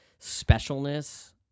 Specialness